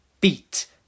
Beat